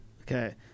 Okay